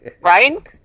Right